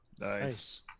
nice